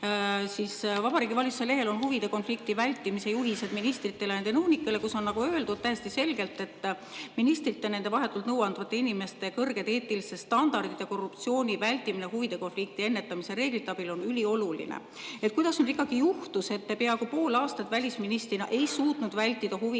tulu. Vabariigi Valitsuse lehel on huvide konflikti vältimise juhised ministritele ja nende nõunikele, kus on öeldud täiesti selgelt, et ministrite ja nendele vahetult nõu andvate inimeste kõrged eetilised standardid ja korruptsiooni vältimine huvide konflikti ennetamise reeglite abil on ülioluline. Kuidas nüüd ikkagi juhtus, et te peaaegu pool aastat ei suutnud välisministrina vältida huvide konflikti